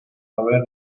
haber